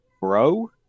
bro